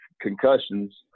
concussions